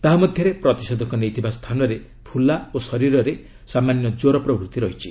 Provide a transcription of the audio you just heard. ତାହା ମଧ୍ୟରେ ପ୍ରତିଷେଧକ ନେଇଥିବା ସ୍ଥାନରେ ଫୁଲା ଓ ଶରୀରରେ ସାମାନ୍ୟ କ୍ୱର ପ୍ରଭୃତି ରହିଛି